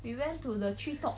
we went to the tree top